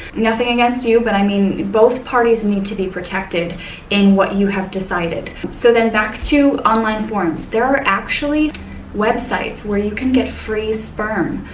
nothing against you, but i mean, both parties need to be protected in what you have decided. so then back to online forums. there are actually websites where you can get free sperm,